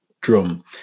drum